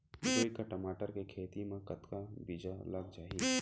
दू एकड़ टमाटर के खेती मा कतका बीजा लग जाही?